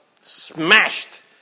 smashed